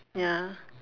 ya